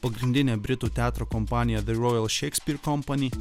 pagrindinė britų teatro kompanija the royal shakespeare company